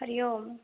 हरिः ओम्